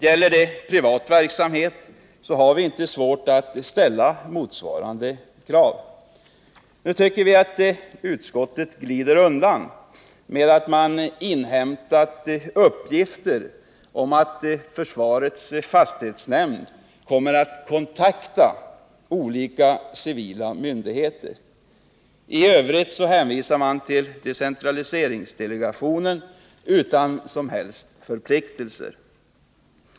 På privat verksamhet brukar man ju anse det befogat att ställa motsvarande krav. Nu tycker vi att utskottet glider genom sin hänvisning till att det inhämtat uppgifter om att försvarets fastighetshämnd kommer att kontakta olika civila myndigheter. I övrigt hänvisar utskottet till decentraliseringsdelegationen, utan att uttala några som helst förpliktelser.